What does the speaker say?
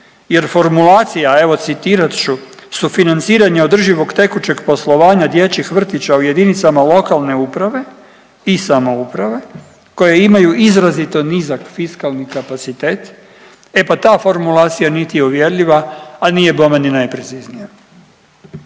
jer formulacija, evo citirat ću, sufinanciranje održivog tekućeg poslovanja dječjih vrtića u jedinicama lokalne uprave i samouprave koje imaju izrazito nizak fiskalni kapacitet, e pa ta formulacija niti je uvjerljiva, a nije bome ni najpreciznija.